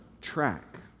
track